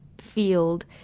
field